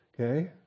Okay